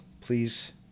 please